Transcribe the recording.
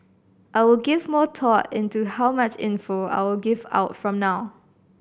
I will give more thought into how much info I will give out from now